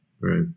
Right